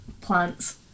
Plants